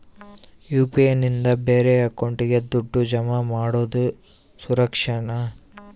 UPI ನಿಂದ ಬೇರೆ ಅಕೌಂಟಿಗೆ ದುಡ್ಡು ಜಮಾ ಮಾಡೋದು ಸುರಕ್ಷಾನಾ?